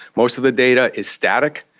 most of the data is static.